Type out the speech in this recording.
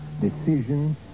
decision